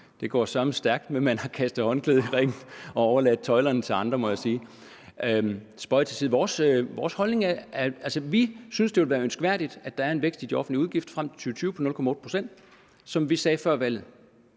Det går søreme stærkt med at kaste håndklædet i ringen og overlade tøjlerne til andre, må jeg sige. Spøg til side. Vores holdning er, at vi synes, det vil være ønskværdigt, at der er en vækst i de offentlige udgifter frem til 2020 på 0,8 pct., sådan som vi sagde før valget.